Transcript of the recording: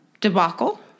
debacle